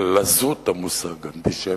על זילות המושג אנטישמיות,